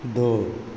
दो